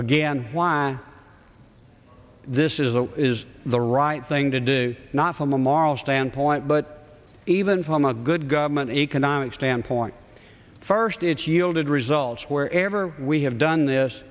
again why this is a is the right thing to do not from a moral standpoint but even from a good government economic standpoint first it's yielded results wherever we have done this